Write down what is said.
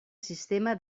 sistema